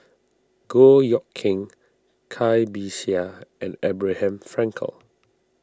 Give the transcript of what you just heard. Goh Eck Kheng Cai Bixia and Abraham Frankel